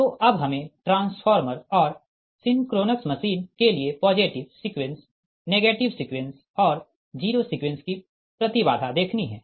तो अब हमे ट्रांसफार्मर और सिंक्रोनस मशीन के लिए पॉजिटिव सीक्वेंस नेगेटिव सीक्वेंस और जीरो सीक्वेंस की प्रति बाधा देखनी है